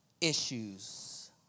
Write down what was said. issues